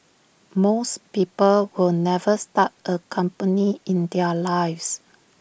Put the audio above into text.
most people will never start A company in their lives